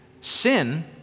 sin